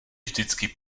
vždycky